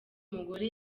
mugore